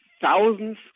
thousands